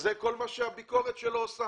זה כל מה שהוא עושה בביקורת שלו.